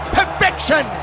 perfection